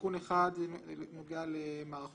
לקבל את